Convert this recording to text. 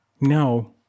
No